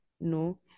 No